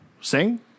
sing